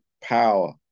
power